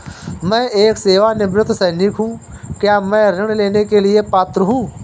मैं एक सेवानिवृत्त सैनिक हूँ क्या मैं ऋण लेने के लिए पात्र हूँ?